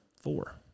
four